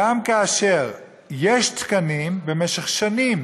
גם כאשר יש תקנים, במשך שנים